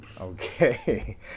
okay